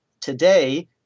today